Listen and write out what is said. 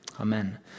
Amen